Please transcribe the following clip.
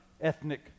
ethnic